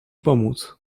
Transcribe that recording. pomóc